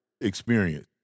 experience